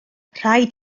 rhaid